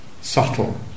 subtle